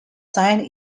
signed